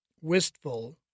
wistful